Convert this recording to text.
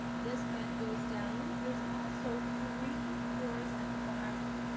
this bed goes down, there's also three drawers at the bottom.